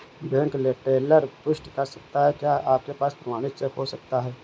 Bank teller पुष्टि कर सकता है कि क्या आपके पास प्रमाणित चेक हो सकता है?